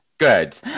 Good